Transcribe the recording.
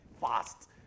Fast